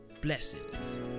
Blessings